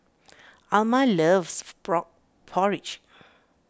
Alma loves Frog Porridge